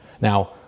Now